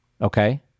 Okay